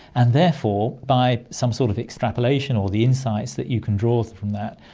and therefore by some sort of extrapolation or the insights that you can draw from that,